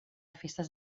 festes